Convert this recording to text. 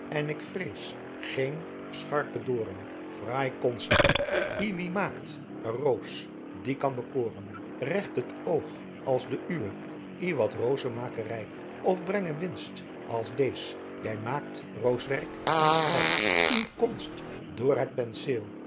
en k vrees geen scharpe dooren fraai konst rijk y wie maakt er roos die kan bekooren regt t oog als de uwe y wat rooze make ryc of brengen winst als dees je maayt roos werk en stryk uw konst door het penseel